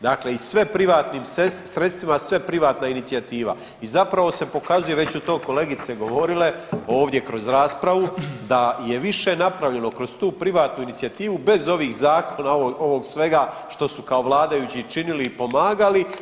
Dakle, i sve privatnim sredstvima, sve privatna inicijativa i zapravo se pokazuje već su to kolegice govorile ovdje kroz raspravu da je više napravljeno kroz tu privatnu inicijativu bez ovih zakona, ovog svega što su kao vladajući činili i pomagali.